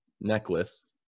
necklace